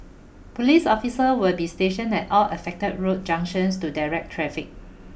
police officer will be stationed at all affected road junctions to direct traffic